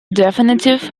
definitive